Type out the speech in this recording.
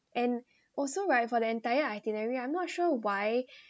and also right for the entire itinerary I'm not sure why